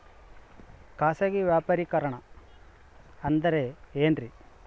ಖಾಸಗಿ ವ್ಯಾಪಾರಿಕರಣ ಅಂದರೆ ಏನ್ರಿ?